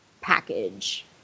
package